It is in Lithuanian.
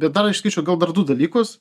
bet dar išskirčiau gal dar du dalykus